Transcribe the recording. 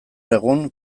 egun